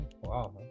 Wow